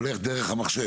הולך דרך המחשב?